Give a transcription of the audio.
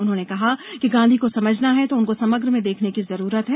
उन्होंने कहा कि गांधी को समझना है तो उनको समग्र में देखने की जरूरत है